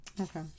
okay